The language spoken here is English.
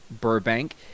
Burbank